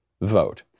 vote